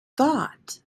thought